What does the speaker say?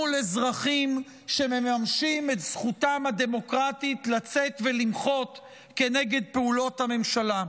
מול אזרחים שמממשים את זכותם הדמוקרטית לצאת ולמחות כנגד פעולות הממשלה.